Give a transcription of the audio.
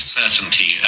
certainty